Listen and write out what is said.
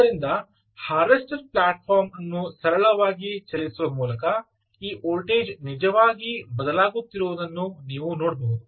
ಆದ್ದರಿಂದ harvester platform ಅನ್ನು ಸರಳವಾಗಿ ಚಲಿಸುವ ಮೂಲಕ ಈ ವೋಲ್ಟೇಜ್ ನಿಜವಾಗಿ ಬದಲಾಗುತ್ತಿರುವುದನ್ನು ನೀವು ನೋಡಬಹುದು